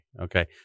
okay